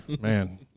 Man